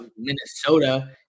Minnesota